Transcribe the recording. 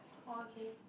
oh okay